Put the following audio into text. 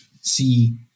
see